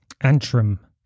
Antrim